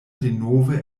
denove